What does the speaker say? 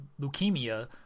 leukemia